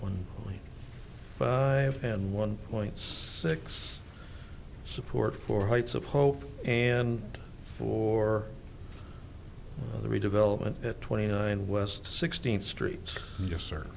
one and one points sex support for heights of hope and for the redevelopment at twenty nine west sixteenth street yes sir